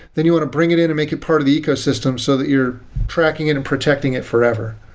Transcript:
then you want to bring it in and make it part of the ecosystem so that you're tracking it and protecting it forever.